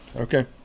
Okay